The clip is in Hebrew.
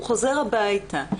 הוא חוזר הביתה,